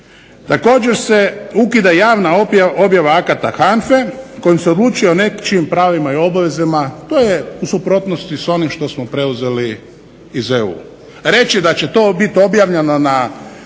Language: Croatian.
Također se ukida javna objava akata HANFA-e kojom se odlučuje o nečijim pravima i obvezama. To je u suprotnosti s onim što smo preuzeli iz Eu. Reći da će to biti objavljeno na